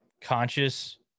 conscious